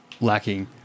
lacking